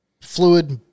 fluid